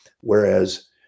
Whereas